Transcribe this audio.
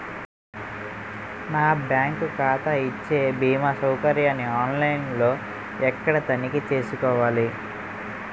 నా బ్యాంకు ఖాతా ఇచ్చే భీమా సౌకర్యాన్ని ఆన్ లైన్ లో ఎక్కడ తనిఖీ చేసుకోవాలి?